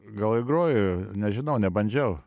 gal ir groju nežinau nebandžiau